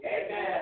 Amen